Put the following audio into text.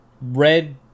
red